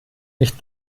nicht